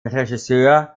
regisseur